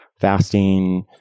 fasting